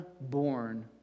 born